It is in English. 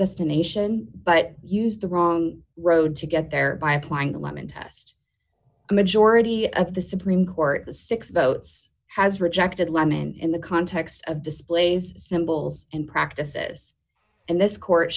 justin ation but used the wrong road to get there by applying the lemon test a majority of the supreme court the six votes has rejected lemon in the context of displays symbols and practices and this court